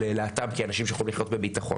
להט"ב כדי שאנשים יוכלו לחיות בביטחון.